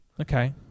Okay